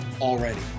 already